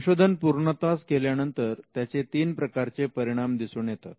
संशोधन पूर्णत्वास गेल्यानंतर त्याचे तीन प्रकारचे परिणाम दिसून येतात